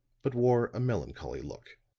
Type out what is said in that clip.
but wore a melancholy look.